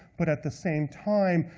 but at the same time,